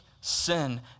sin